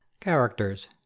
CHARACTERS